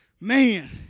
man